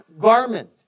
garment